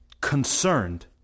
concerned